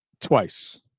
twice